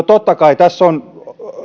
totta kai tässä on